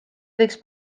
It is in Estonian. võiks